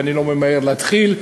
ואני לא ממהר להתחיל.